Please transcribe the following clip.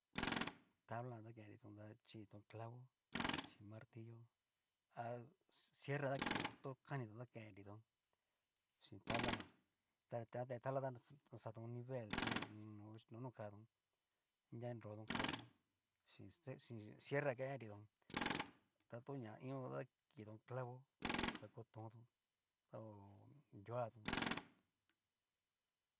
Tabla jan ta ken'nriton ta chinriton clavo, chin martillo a cierre jan to kanitón ta kenrenritón, chin tabla ján, ta natendre tabla jan ta xa xaton nivel xhí ho o on. no konokatón, anria kinroton kotón xin ce xin cierre jan kendreritón ta to'ña intón ta kitón clavo, ta ko tonto da ho nruatón.